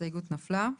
הצבעה בעד,